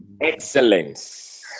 excellence